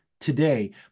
today